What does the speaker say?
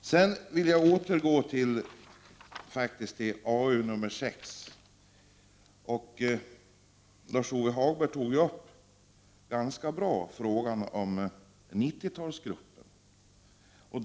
Jag vill även beröra betänkande AU6 om medbestämmande i arbetslivet. Lars Ove Hagberg tog på ett ganska bra sätt upp frågan om 90-talsgruppen.